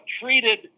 treated